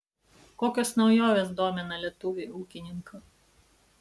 kokios naujovės domina lietuvį ūkininką